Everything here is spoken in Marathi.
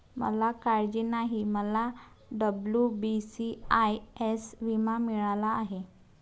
मला काळजी नाही, मला डब्ल्यू.बी.सी.आय.एस विमा मिळाला आहे